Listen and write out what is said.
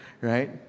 right